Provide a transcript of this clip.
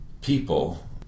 people